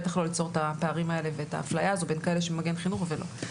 בטח לא ליצור את הפערים האלה ואת האפליה הזו בין כאלה שבמגן חינוך ולא.